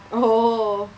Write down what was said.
oh